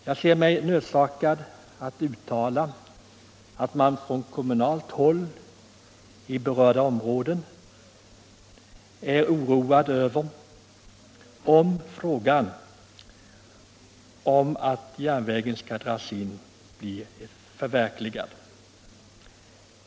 Jag ser mig nödsakad att uttala att man i berörda områden på kommunalt håll känner oro inför utsikten att en indragning av denna bandel genomförs.